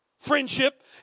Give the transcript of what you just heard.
Friendship